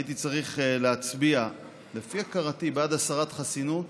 הייתי צריך להצביע לפי הכרתי בעד הסרת חסינות